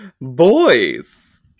boys